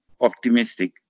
optimistic